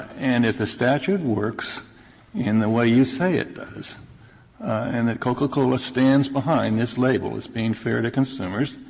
and if the statute works in the way you say it does and that coca-cola stands behind this label as being fair to consumers,